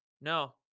No